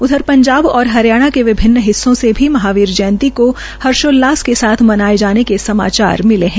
उधर पंजाब और हरिायणा के विभिन्न हिस्सों से महावीर जयंती के हर्षोल्लास के साथ मनाये जाने के समाचार मिले है